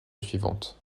suivantes